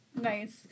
nice